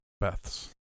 Beth's